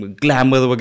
glamour